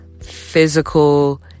physical